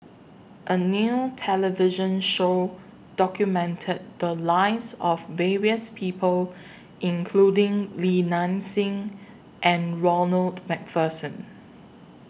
A New television Show documented The Lives of various People including Li Nanxing and Ronald MacPherson